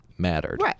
mattered